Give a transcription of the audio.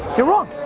you're wrong